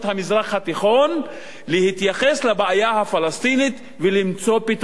התיכון להתייחס לבעיה הפלסטינית ולמצוא פתרון,